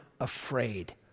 afraid